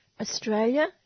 Australia